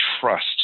trust